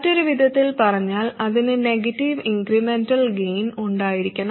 മറ്റൊരു വിധത്തിൽ പറഞ്ഞാൽ അതിന് നെഗറ്റീവ് ഇൻക്രെമെന്റൽ ഗെയിൻ ഉണ്ടായിരിക്കണം